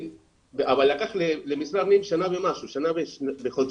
אבל למשרד הפנים שנה ומשהו, שנה וחודשיים.